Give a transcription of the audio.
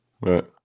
Right